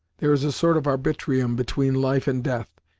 there is a sort of arbitrium between life and death,